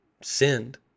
sinned